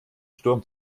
sturm